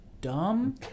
dumb